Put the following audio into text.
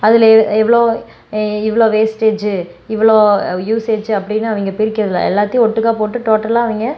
அதில் இவ்வளோ இவ்வளோ வேஸ்டேஜ் இவ்வளோ யூசேஜ் அப்படின்னு அவங்க பிரிக்கிறதில்லை எல்லாத்தையும் ஒட்டுக்கா போட்டு டோட்டலாக அவங்க